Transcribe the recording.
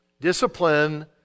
Discipline